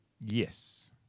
Yes